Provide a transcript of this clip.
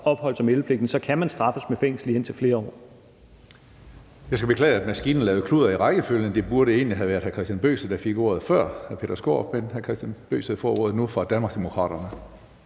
opholds- og meldepligten, kan man straffes med fængsel i indtil flere år.